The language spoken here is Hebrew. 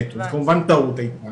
זה פשוט, את יודעת.